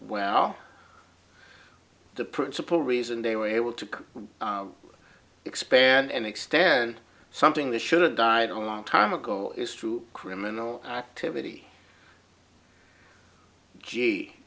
well the principal reason they were able to come expand and extend something that should have died a long time ago is through criminal activity g